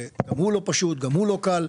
שגם הוא לא פשוט, גם הוא לא קל.